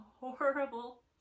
horrible